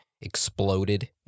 exploded